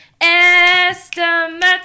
Estimates